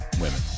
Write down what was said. women